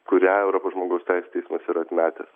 kurią europos žmogaus teisių teismas yra atmetęs